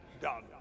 done